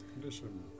Condition